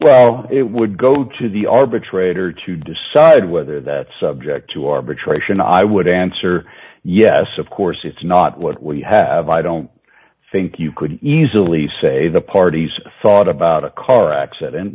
well it would go to the arbitrator to decide whether that's subject to arbitration i would answer yes of course it's not what you have i don't think you could easily say the parties thought about a car accident